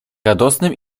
radosnym